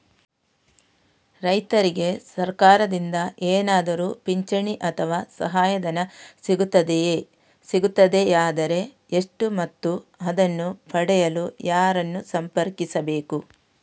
ರೈತರಿಗೆ ಸರಕಾರದಿಂದ ಏನಾದರೂ ಪಿಂಚಣಿ ಅಥವಾ ಸಹಾಯಧನ ಸಿಗುತ್ತದೆಯೇ, ಸಿಗುತ್ತದೆಯಾದರೆ ಎಷ್ಟು ಮತ್ತು ಅದನ್ನು ಪಡೆಯಲು ಯಾರನ್ನು ಸಂಪರ್ಕಿಸಬೇಕು?